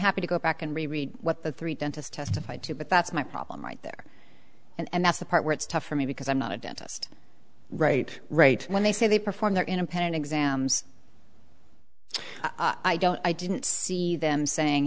happy to go back and reread what the three dentist testified to but that's my problem right there and that's the part where it's tough for me because i'm not a dentist right right when they say they perform their independent exams i don't i didn't see them saying